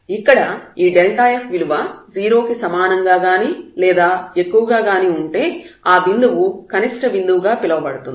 ఇక్కడ ఈ f విలువ 0 కి సమానంగా గానీ లేదా ఎక్కువగా గానీ ఉంటే ఆ బిందువు పాయింట్ కనిష్ట బిందువుగా పిలువబడుతుంది